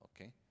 okay